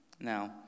Now